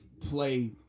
play